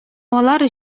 алар